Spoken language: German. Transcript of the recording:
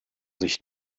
sich